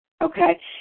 Okay